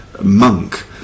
monk